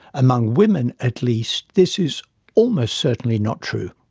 among women, at least, this is almost certainly not true.